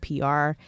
pr